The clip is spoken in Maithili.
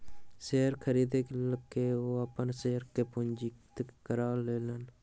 शेयर खरीद के ओ अपन शेयर के पंजीकृत करा लेलैन